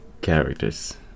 characters